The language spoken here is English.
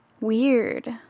Weird